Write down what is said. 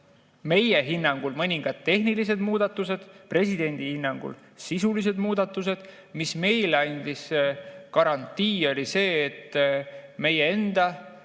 meie hinnangul mõningad tehnilised muudatused, presidendi hinnangul sisulised muudatused. Mis meile andis garantii, oli see, et meie enda